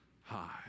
high